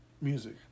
music